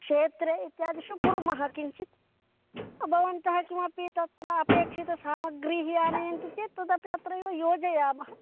क्षेत्रे इत्यादिषु कुर्मः किञ्चित् भवन्तः किमपि तत्र अपेक्षितसामग्रीः आनयन्ति चेत् तदपि अत्रैव योजयामः